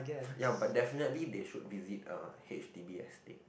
ya but definitely they should visit uh H_D_B estate